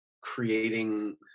creating